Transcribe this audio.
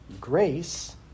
grace